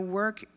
work